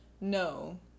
no